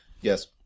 Yes